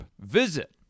Visit